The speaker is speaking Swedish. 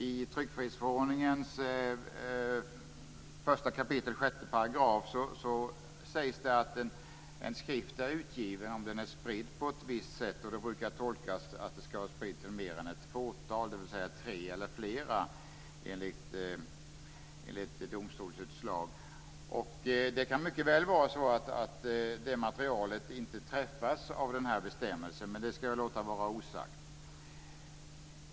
I tryckfrihetsförordningen 1 kap. 6 § sägs att en skrift är utgiven om den en spridd på ett visst sätt. Det brukar tolkas som att den är spridd till mer än ett fåtal, dvs. tre eller flera, enligt domstolsutslag. Det kan mycket väl vara så att det materialet inte träffas av bestämmelsen, men det ska jag låta vara osagt.